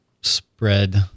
spread